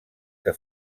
que